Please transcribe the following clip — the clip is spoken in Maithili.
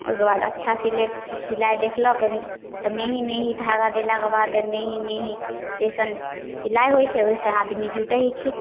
ओहिके बाद अच्छा सिलै सिलाइ देखलक तऽ मेही मेही धागा देलाके बाद मेही मेही जइसन सिलाइ होइ छै ओहिसँ आदमी जुटै छथिन